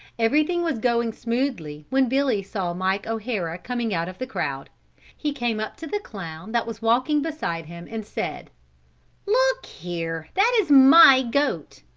everything was going smoothly when billy saw mike o'hara coming out of the crowd he came up to the clown that was walking beside him and said look here, that is my goat!